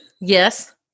Yes